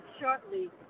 shortly